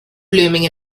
blooming